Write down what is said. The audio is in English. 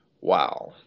Wow